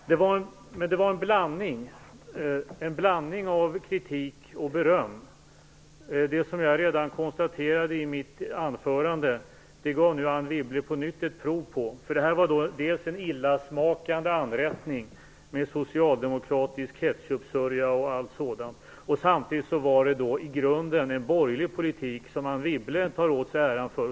Men det var en blandning av kritik och beröm. Det som jag konstaterade redan i mitt anförande gav Anne Wibble nu på nytt ett prov på. Det här var en illasmakande anrättning med socialdemokratisk ketchupsörja och allt sådant. Samtidigt var det i grunden en borgerlig politik, som Anne Wibble tar åt sig äran för.